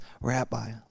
Rabbi